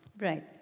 Right